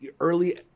early